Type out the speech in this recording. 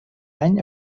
any